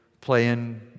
playing